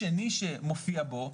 ב.